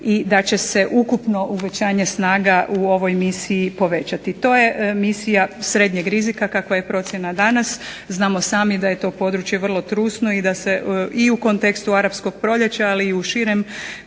i da će se ukupno uvećanje snaga u ovoj misiji povećati, to je misija srednjeg rizika kakva je procjena danas, znamo sami da je to područje vrlo trusno da se u kontekstu Arapskog proljeća ali i u širem